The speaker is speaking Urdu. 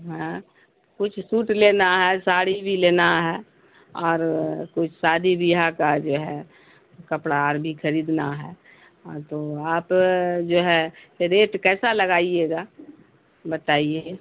ہاں کچھ سوٹ لینا ہے ساری بھی لینا ہے اور کچھ شادی بیاہ کا جو ہے کپڑا اور بھی خریدنا ہے ہاں تو آپ جو ہے ریٹ کیسا لگائیے گا بتائیے